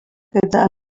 gyda